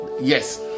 Yes